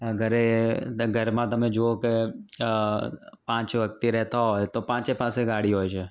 અ ઘરે ત ઘરમાં તમે જુઓ કે પાંચ વ્યક્તિ રહેતાં હોય તો પાંચેય પાસે ગાડી હોય છે